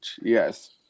Yes